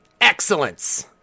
excellence